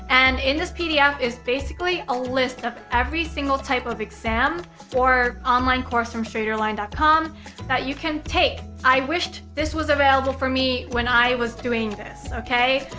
and, in this pdf is basically a list of every single type of exam or online course from straighterline dot com that you can take. i wished this was available for me when i was doing this. okay?